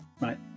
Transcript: right